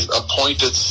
appointed